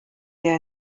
der